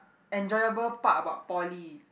enjoyable part about poly